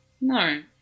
No